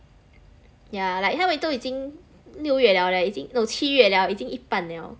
yeah like 他们都已经六月 liao leh 已经 no 七月了已经一半了